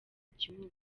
gihugu